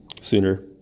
sooner